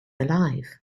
alive